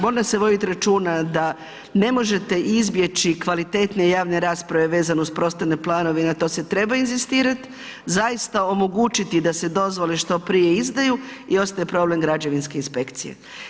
Mora se voditi računa da ne možete izbjeći kvalitetne javne rasprave vezano uz prostorne planove i na to se treba inzistirati, zaista omogućiti da se dozvole što prije izdaju i ostaje problem građevinske inspekcije.